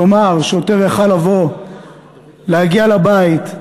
כלומר, שוטר יכול היה להגיע לבית,